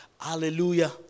Hallelujah